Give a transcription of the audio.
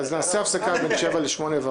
אז אנחנו נעשה הפסקה בין 19:00 ל-20:15